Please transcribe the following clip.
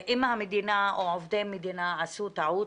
אם המדינה או עובדי מדינה עשו טעות,